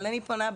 אבל אני פונה,